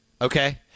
Okay